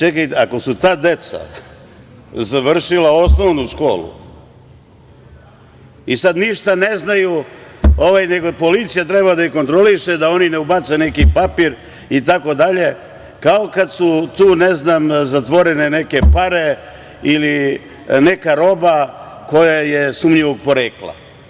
Čekajte, ako su ta deca završila osnovnu školu i sada ništa ne znaju, nego policija treba da ih kontroliše da oni ne ubace neki papir itd, kao da su tu, ne znam, zatvorene neke pare ili neka roba koja je sumnjivog porekla.